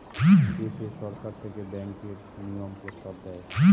দেশে সরকার থেকে ব্যাঙ্কের নিয়ম প্রস্তাব দেয়